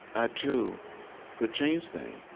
i too could change things.